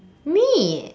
me